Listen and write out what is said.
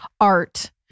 art